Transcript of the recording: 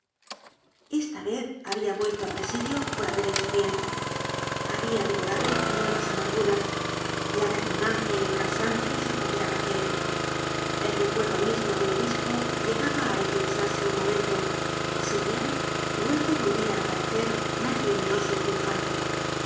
esta vez babia vuelto á presidio por haber hecho bien habia devorado nuevas amarguras la repugnancia y el cansancio se apoderaban de él el recuerdo mismo del obispo llegaba á eclipsarse un momento si bien luego volvia á aparecer mas luminoso y triunfante